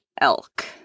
elk